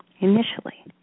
initially